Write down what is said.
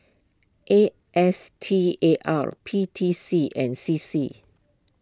A S T A R P T C and C C